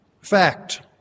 Fact